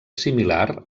similar